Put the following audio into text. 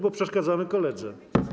Bo przeszkadzamy koledze.